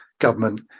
government